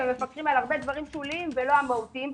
ומפקחים על דברים שוליים ולא המהותיים,